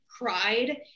cried